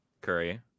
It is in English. Curry